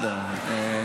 שלוש דקות עברו.